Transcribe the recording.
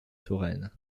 touraine